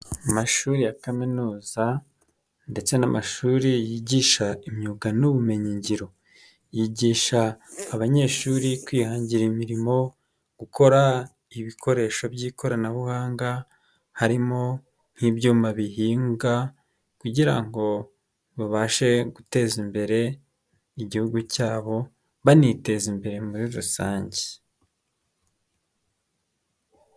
Amashuri ya kaminuza ndetse n'amashuri yigisha imyuga n'ubumenyingiro, yigisha abanyeshuri kwihangira imirimo, gukora ibikoresho by'ikoranabuhanga, harimo nk'ibyuma bihinga kugira ngo babashe guteza imbere igihugu cyabo, baniteza imbere muri rusange.